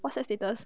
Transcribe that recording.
what's your status